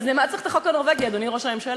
אז למה צריך את החוק הנורבגי, אדוני ראש הממשלה?